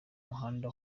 muhanda